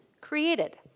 created